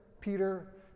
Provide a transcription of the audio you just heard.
Peter